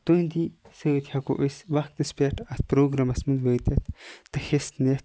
تُہِنٛدی سۭتۍ ہیٚکو أسۍ وَقتَس پیٚٹھ اَتھ پروگرامَس مَنٛز وٲتِتھ تہِ حصہِ نِتھ